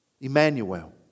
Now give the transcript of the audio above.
Emmanuel